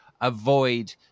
avoid